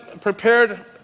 prepared